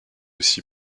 aussi